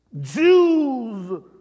Jews